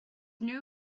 new